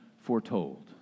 foretold